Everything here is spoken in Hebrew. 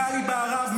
יחד עם זאת,